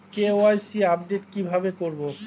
KYC update কি ভাবে করবো?